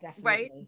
right